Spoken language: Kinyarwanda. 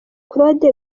claude